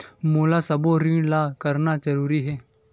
मोला सबो ऋण ला करना जरूरी हे?